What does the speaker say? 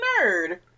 nerd